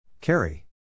Carry